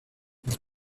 ils